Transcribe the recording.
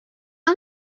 amb